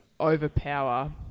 overpower